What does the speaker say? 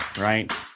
Right